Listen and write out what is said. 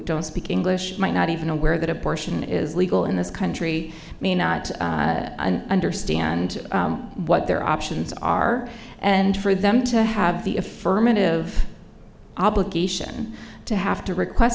don't speak english might not even aware that abortion is legal in this country may not understand what their options are and for them to have the affirmative obligation to have to request